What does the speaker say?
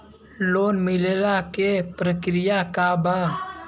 Loan मिलेला के प्रक्रिया का बा?